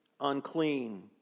unclean